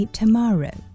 tomorrow